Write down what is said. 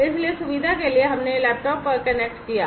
इसलिए सुविधा के लिए हमने लैपटॉप पर कनेक्ट किया है